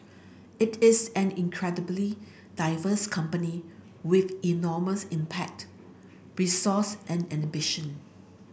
it is an incredibly diverse company with enormous impact resource and ambition